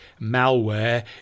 malware